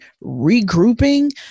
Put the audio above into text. regrouping